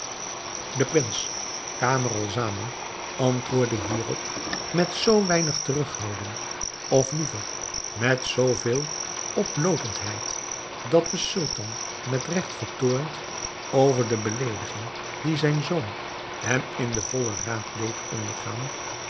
de prins camaralzaman antwoordde hierop met zoo weinig terughouding of liever met zoo veel oploopendheid dat de sultan met regt vertoornd over de beleediging die zijn zoon hem in den vollen raad deed ondergaan